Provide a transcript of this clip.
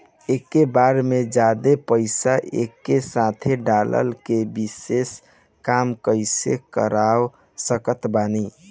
एके बार मे जादे पईसा एके साथे डाल के किश्त कम कैसे करवा सकत बानी?